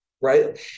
right